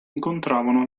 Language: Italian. incontravano